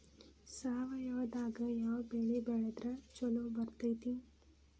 ಸಾವಯವದಾಗಾ ಯಾವ ಬೆಳಿ ಬೆಳದ್ರ ಛಲೋ ಬರ್ತೈತ್ರಿ?